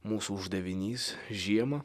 mūsų uždavinys žiemą